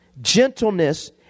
gentleness